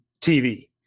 TV